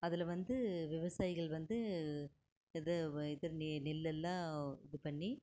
அதில் வந்து விவசாயிகள் வந்து நெல்லுலாம் இது பண்ணி